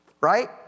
right